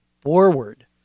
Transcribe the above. forward